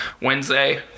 Wednesday